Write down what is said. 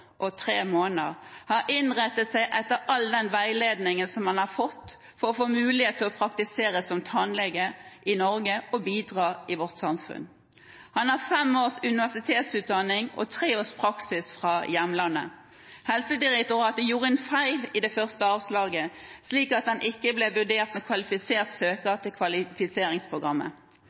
og tre måneder har innrettet seg etter all den veiledningen han har fått, for å få mulighet til å praktisere som tannlege i Norge og bidra i vårt samfunn. Han har fem års universitetsutdanning og tre års praksis fra hjemlandet. Helsedirektoratet gjorde en feil i det første avslaget, slik at han ikke ble vurdert som kvalifisert søker til Kvalifiseringsprogrammet.